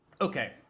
Okay